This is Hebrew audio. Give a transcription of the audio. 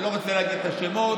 אני לא רוצה להגיד את השמות,